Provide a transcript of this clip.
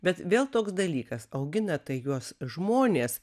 bet vėl toks dalykas augina tai juos žmonės